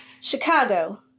Chicago